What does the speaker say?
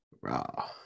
raw